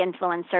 influencer